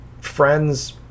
friends